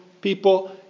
people